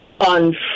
on